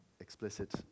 explicit